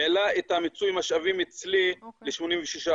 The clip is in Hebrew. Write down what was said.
העלה את מיצוי המשאבים אצלי ל-86%.